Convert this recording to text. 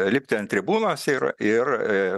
lipti ant tribūnos ir ir